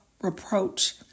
reproach